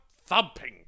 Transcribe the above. Thumping